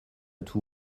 tout